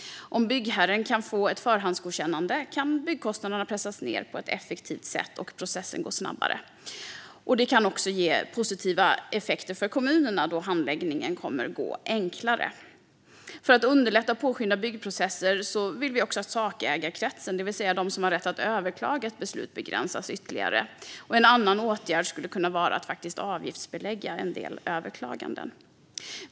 Om byggherren kan få ett förhandsgodkännande kan byggkostnaderna pressas ned på ett effektivt sätt och processen gå snabbare. Det kan också ge positiva effekter för kommunerna, då handläggningen kommer att gå enklare. Privat initiativrätt - planintressentens medverkan vid detalj-planeläggning För att underlätta och påskynda byggprocesser vill vi också att sakägarkretsen, det vill säga de som har rätt att överklaga ett beslut, begränsas ytterligare. En annan åtgärd skulle kunna vara att avgiftsbelägga en del överklaganden.